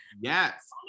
Yes